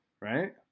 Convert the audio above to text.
right